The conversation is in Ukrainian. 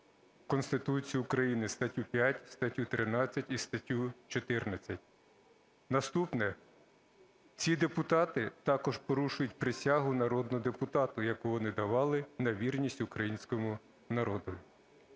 Конституцію України, статтю 5, статтю 13 і статтю 14. Наступне. Ці депутати порушують присягу народного депутата, яку вони давали на вірність українському народу.